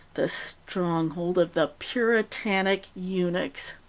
the stronghold of the puritanic eunuchs.